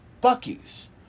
Bucky's